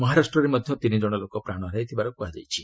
ମହାରାଷ୍ଟ୍ରରେ ମଧ୍ୟ ତିନି ଜଣ ଲୋକ ପ୍ରାଣ ହରାଇଥିବାର କୃହାଯାଇଛି